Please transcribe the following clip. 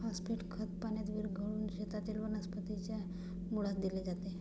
phosphate खत पाण्यात विरघळवून शेतातील वनस्पतीच्या मुळास दिले जाते